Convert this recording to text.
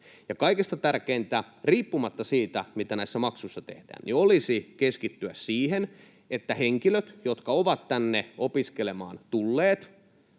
Kaikista tärkeintä riippumatta siitä, mitä näissä maksuissa tehdään, olisi keskittyä siihen, että henkilöt, jotka ovat tänne opiskelemaan tulleet,